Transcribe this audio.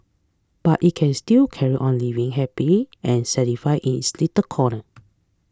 but it can still carry on living happy and satisfied in its little corner